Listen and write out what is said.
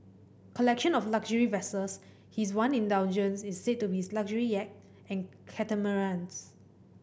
collection of luxury vessels His one indulgence is said to be his luxury yacht and catamarans